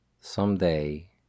someday